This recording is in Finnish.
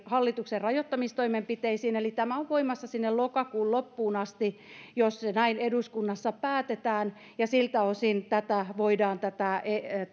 hallituksen rajoittamistoimenpiteisiin eli tämä on voimassa sinne lokakuun loppuun asti jos näin eduskunnassa päätetään ja siltä osin tätä esitystä voidaan